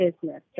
business